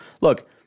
Look